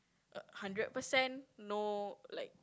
err hundred percent no like